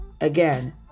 Again